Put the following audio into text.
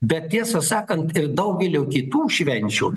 bet tiesą sakant ir daugelio kitų švenčių